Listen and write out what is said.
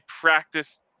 practice